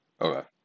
okay